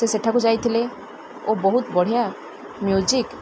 ସେ ସେଠାକୁ ଯାଇଥିଲେ ଓ ବହୁତ ବଢ଼ିଆ ମ୍ୟୁଜିକ୍